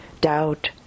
doubt